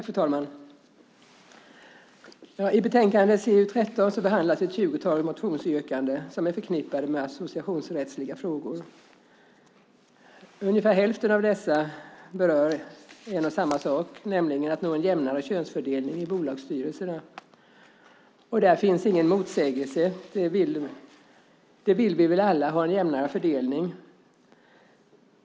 Fru talman! I civilutskottets betänkande 13 behandlas ett tjugotal motionsyrkanden som är förknippade med associationsrättsliga frågor. Ungefär hälften av dessa motionsyrkanden berör en och samma sak, nämligen att nå en jämnare könsfördelning i bolagsstyrelserna. Där finns ingen motsägelse. Vi vill väl alla ha en jämnare fördelning.